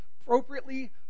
appropriately